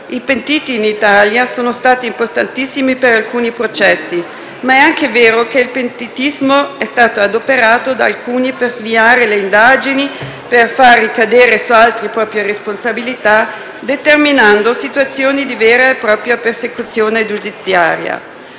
I pentiti in Italia sono stati importantissimi per alcuni processi, ma è anche vero che il pentitismo è stato adoperato da alcuni per sviare le indagini e per far ricadere su altri proprie responsabilità, determinando situazioni di vera e propria persecuzione giudiziaria.